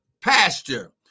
pasture